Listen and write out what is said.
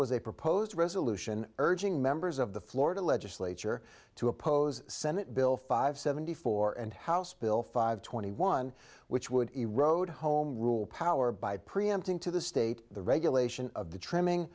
a proposed resolution urging members of the florida legislature to oppose senate bill five seventy four and house bill five twenty one which would erode home rule power by preempting to the state the regulation of the trimming